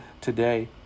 today